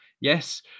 Yes